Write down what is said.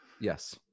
yes